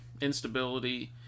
instability